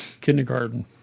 kindergarten